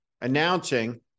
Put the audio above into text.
announcing